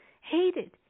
hated